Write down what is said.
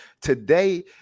Today